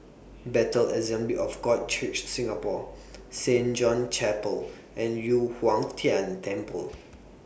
Bethel Assembly of God Church Singapore Saint John's Chapel and Yu Huang Tian Temple